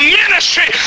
ministry